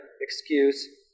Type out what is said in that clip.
excuse